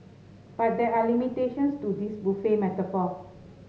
but there are limitations to this buffet metaphor